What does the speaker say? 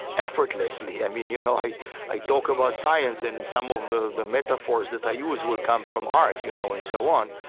effortlessly. i mean, you know i i talk about science and some of the the metaphors that i use will come from art you know and so on.